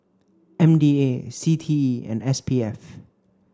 M D A C T E and S P F